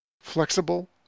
Flexible